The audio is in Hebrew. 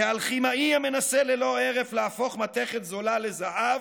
כאלכימאי המנסה ללא הרף להפוך מתכת זולה לזהב,